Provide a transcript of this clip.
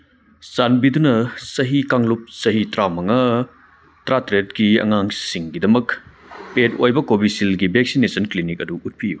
ꯆꯥꯟꯕꯤꯗꯨꯅ ꯆꯍꯤ ꯀꯥꯡꯂꯨꯞ ꯆꯍꯤ ꯇꯔꯥꯃꯉꯥ ꯇꯔꯥꯇꯔꯦꯠꯀꯤ ꯑꯉꯥꯡꯁꯤꯡꯒꯤꯗꯃꯛ ꯄꯦꯠ ꯑꯣꯏꯕ ꯀꯣꯕꯤꯁꯤꯜꯒꯤ ꯚꯦꯛꯁꯤꯅꯦꯁꯟ ꯀ꯭ꯂꯤꯅꯤꯛ ꯑꯗꯨ ꯎꯠꯄꯤꯌꯨ